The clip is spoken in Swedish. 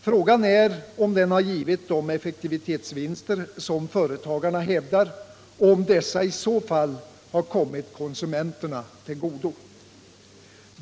Frågan är om den givit de effektivitetsvinster som företagarna hävdar och om dessa i så fall kommit konsumenterna till godo.